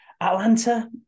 Atlanta